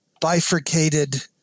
bifurcated